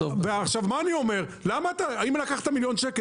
אם לקחת מיליון ₪,